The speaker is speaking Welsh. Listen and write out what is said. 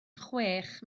chwech